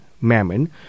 mammon